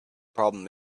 problem